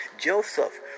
Joseph